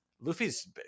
Luffy's